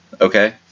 okay